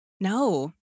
No